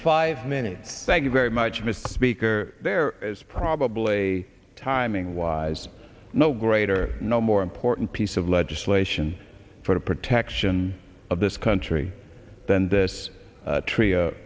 five minutes thank you very much mr speaker there is probably a timing wise no greater no more important piece of legislation for the protection of this country than this trio